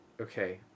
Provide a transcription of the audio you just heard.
Okay